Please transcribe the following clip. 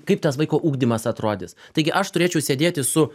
kaip tas vaiko ugdymas atrodys taigi aš turėčiau sėdėti su